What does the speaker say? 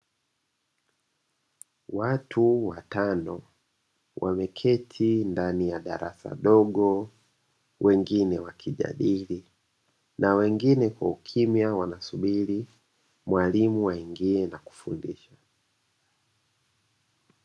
Watu watano, wameketi ndani ya darasa dogo, wengine wakijadili na wengine kwa ukimya wanasubiri mwalimu aingie na kufundisha.